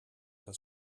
das